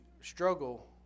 struggle